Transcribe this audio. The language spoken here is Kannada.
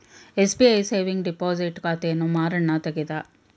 ಎಸ್.ಬಿ.ಐ ಸೇವಿಂಗ್ ಡಿಪೋಸಿಟ್ ಖಾತೆಯನ್ನು ಮಾರಣ್ಣ ತೆಗದ